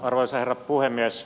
arvoisa herra puhemies